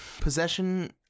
possession